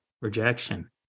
Rejection